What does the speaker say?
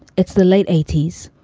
it's the late eighty s.